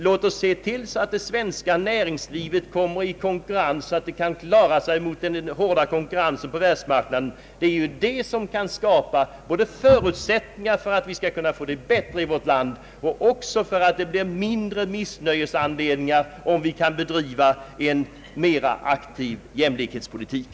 Låt oss se till att det svenska näringslivet kan klara sig i den hårda konkurrensen på världsmarknaden — det är ju näringslivet som skall skapa förutsättningar för att vi skall få det bättre i vårt land och som skall göra det möjligt att undanröja missnöjesanledningar; detta är nödvändigt för att vi skall kunna driva en mera aktiv jämlikhetspolitik.